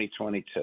2022